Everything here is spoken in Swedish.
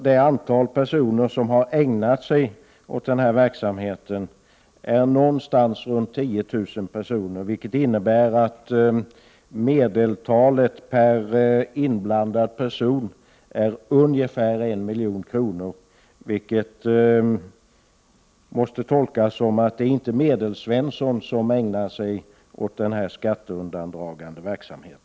Det antal personer som har ägnat sig åt verksamheten är aågonstans runt 10 000, vilket innebär att medeltalet per inblandad person är angefär 1 milj.kr. Det måste tolkas som att det inte är Medelsvensson som ignar sig åt denna skatteundandragande verksamhet.